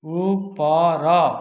ଉପର